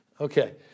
Okay